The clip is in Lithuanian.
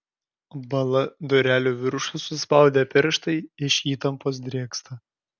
bąla durelių viršų suspaudę pirštai iš įtampos drėgsta